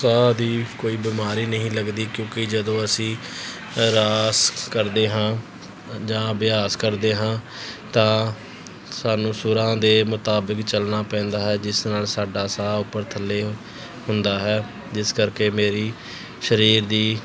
ਸਾਹ ਦੀ ਕੋਈ ਬਿਮਾਰੀ ਨਹੀਂ ਲੱਗਦੀ ਕਿਉਂਕਿ ਜਦੋਂ ਅਸੀਂ ਰਿਆਜ਼ ਕਰਦੇ ਹਾਂ ਜਾਂ ਅਭਿਆਸ ਕਰਦੇ ਹਾਂ ਤਾਂ ਸਾਨੂੰ ਸੁਰਾਂ ਦੇ ਮੁਤਾਬਕ ਚੱਲਣਾ ਪੈਂਦਾ ਹੈ ਜਿਸ ਨਾਲ ਸਾਡਾ ਸਾਹ ਉੱਪਰ ਥੱਲੇ ਹੁੰਦਾ ਹੈ ਜਿਸ ਕਰਕੇ ਮੇਰੀ ਸਰੀਰ ਦੀ